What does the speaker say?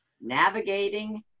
Navigating